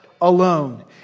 alone